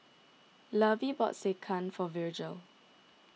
Lovie bought Sekihan for Virgel